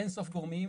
יש אין-סוף גורמים.